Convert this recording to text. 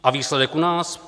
A výsledek u nás?